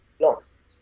lost